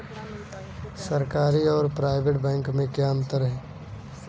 सरकारी और private bank में क्या अंतर है?